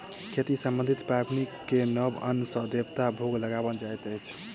खेती सम्बन्धी पाबनि मे नव अन्न सॅ देवता के भोग लगाओल जाइत अछि